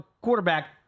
quarterback